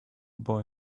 boy